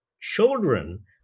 children